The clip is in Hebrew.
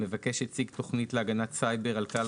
"המבקש הציג תכנית להגנת סייבר על כלל